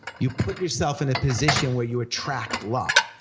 you put yourself in a position where you attract luck.